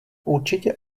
určitě